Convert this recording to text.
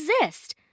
exist